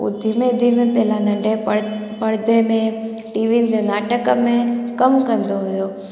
उहो धीमे धीमे पहिला नंढे पर परदे में टीवीयुनि ते नाटक में कमु कंदो हुओ